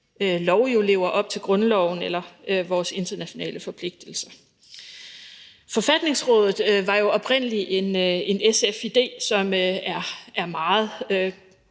lov lever op til grundloven eller vores internationale forpligtelser. Et forfatningsråd var jo oprindelig en SF-idé, som er meget